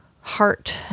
heart